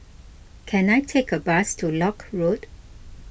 can I take a bus to Lock Road